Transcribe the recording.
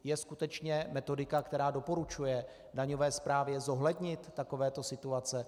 Je skutečně metodika, která doporučuje daňové správě zohlednit takovéto situace?